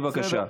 בבקשה.